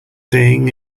thing